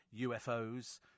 UFOs